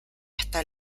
hasta